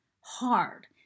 hard